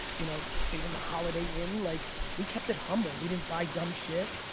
you know stayed in a holiday inn, like we kept it humble. we didn't buy dumb shit,